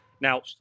Now